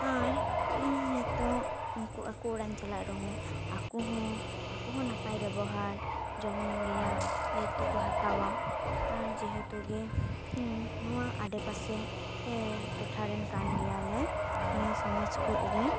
ᱟᱨ ᱤᱧ ᱱᱤᱛᱚᱜ ᱩᱱᱠᱩ ᱟᱠᱚ ᱚᱲᱟᱜ ᱤᱧ ᱪᱟᱞᱟᱜ ᱨᱮᱦᱚᱸ ᱟᱠᱚ ᱦᱚᱸ ᱟᱠᱚ ᱦᱚᱸ ᱱᱟᱯᱟᱭ ᱵᱮᱵᱚᱦᱟᱨ ᱡᱚᱢ ᱧᱩ ᱨᱮᱭᱟᱜ ᱫᱟᱭᱤᱛᱛᱚ ᱠᱚ ᱦᱟᱛᱟᱣᱟ ᱟᱨ ᱡᱮᱦᱮᱛᱩ ᱜᱮ ᱱᱚᱣᱟ ᱟᱰᱮᱯᱟᱥᱮ ᱮ ᱴᱚᱴᱷᱟ ᱨᱮᱱ ᱠᱟᱱ ᱜᱮᱭᱟᱞᱮ ᱱᱤᱭᱟᱹ ᱥᱚᱢᱟᱡᱽ ᱠᱚᱨᱮ